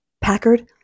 Packard